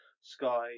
Sky